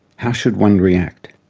how should one react?